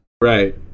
Right